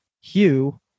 Hugh